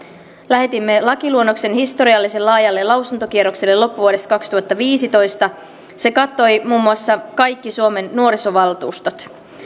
lähetimme lakiluonnoksen historiallisen laajalle lausuntokierrokselle loppuvuodesta kaksituhattaviisitoista se kattoi muun muassa kaikki suomen nuorisovaltuustot